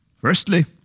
Firstly